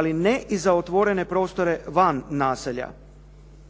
ali ne i za otvorene prostore van naselja.